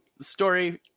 story